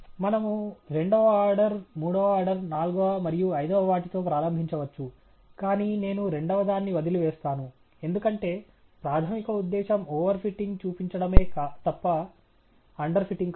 మనము రెండవ ఆర్డర్ మూడవ ఆర్డర్ నాల్గవ మరియు ఐదవ వాటితో ప్రారంభించవచ్చు కానీ నేను రెండవదాన్ని వదిలి వేస్తాను ఎందుకంటే ప్రాధమిక ఉద్దేశ్యం ఓవర్ ఫిట్టింగ్ చూపించడమే తప్ప అండర్ ఫిటింగ్ కాదు